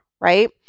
right